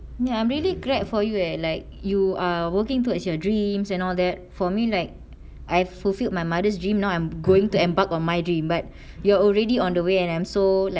I'm really glad for you eh you are working towards your dreams and all that for me like I fulfilled my mother's dream now I'm going to embark on my dream but you're already on the way and I'm so like proud